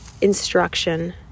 instruction